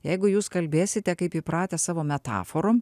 jeigu jūs kalbėsite kaip įpratęs savo metaforom